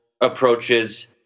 approaches